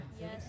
Yes